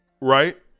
Right